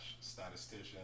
statistician